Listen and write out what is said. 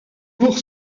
pour